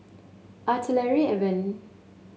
Artillery Avenue